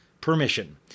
permission